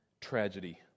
tragedy